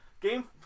game